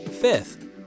Fifth